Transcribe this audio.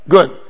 Good